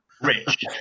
Rich